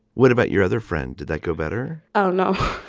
what about your other friend? did that go better? oh, no,